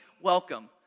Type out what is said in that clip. welcome